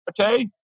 okay